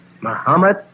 Muhammad